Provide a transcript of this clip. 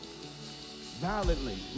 violently